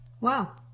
Wow